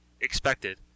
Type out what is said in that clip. expected